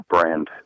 brand